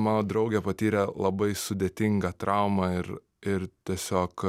mano draugė patyrė labai sudėtingą traumą ir ir tiesiog